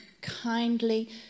kindly